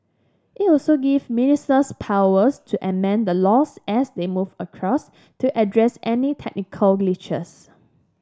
it also give ministers powers to amend the laws as they move across to address any technical glitches